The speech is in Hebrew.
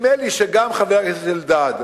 נדמה לי שגם חבר הכנסת אלדד,